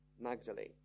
Magdalene